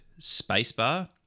spacebar